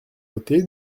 voté